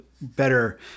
better